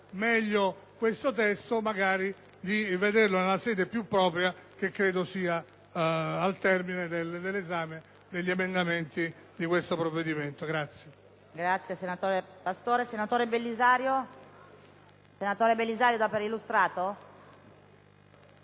meglio questo testo, magari riesaminandolo nella sede più propria, che credo sia al termine dell'esame degli emendamenti del provvedimento in